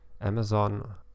amazon